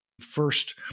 first